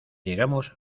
llegamos